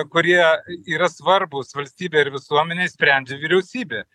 kurie yra svarbūs valstybei ir visuomenei sprendžia vyriausybė